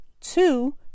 Two